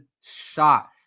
shot